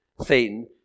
Satan